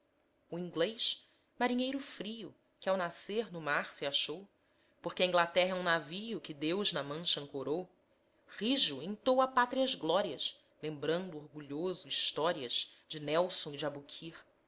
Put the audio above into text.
inglês marinheiro frio que ao nascer no mar se achou porque a inglaterra é um navio que deus na mancha ancorou rijo entoa pátrias glórias lembrando orgulhoso histórias de nelson e de aboukir